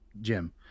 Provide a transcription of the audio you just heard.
Jim